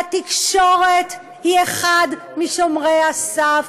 והתקשורת היא אחד משומרי הסף,